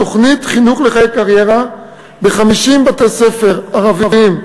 תוכנית חינוך לחיי קריירה ב-50 בתי-ספר ערביים,